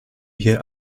hier